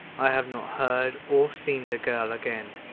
i have not heard or seen the girl again.